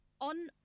On